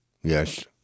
Yes